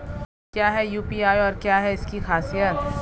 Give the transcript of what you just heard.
क्या है यू.पी.आई और क्या है इसकी खासियत?